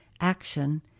action